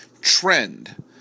trend